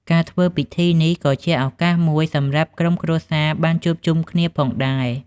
ការធ្វើពិធីនេះក៏ជាឱកាសមួយសម្រាប់ក្រុមគ្រួសារបានជួបជុំគ្នាផងដែរ។